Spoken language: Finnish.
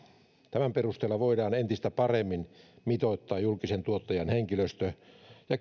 tämän perusteella voidaan entistä paremmin mitoittaa julkisen tuottajan henkilöstö ja